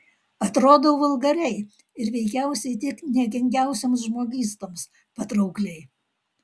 atrodau vulgariai ir veikiausiai tik niekingiausioms žmogystoms patraukliai